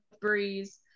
Breeze